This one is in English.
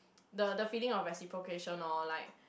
the the feeling of reciprocation lor like